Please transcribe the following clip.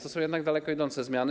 To są jednak daleko idące zmiany.